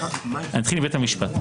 אני אתחיל מבית המשפט.